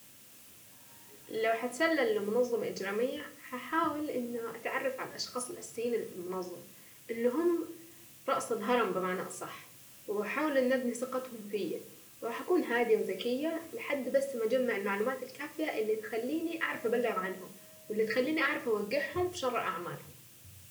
لو هتسلل لمنظمة اجرامية هحاول انه اتعرف على الاشخاص الاساسيين اللي في المنظمة اللي هم رأس الهرم بمعنى اصح. وهحاول اني ابني ثقتهم فيا وهكون هادية وذكية لحد بس ما اجمع المعلومات الكافية اللي تخليني اعرف ابلغ عنهم واللي تخليني اعرف اوقعهم شر اعمالهم.